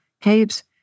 Caves